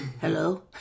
Hello